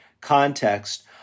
context